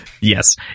yes